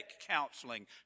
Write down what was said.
counseling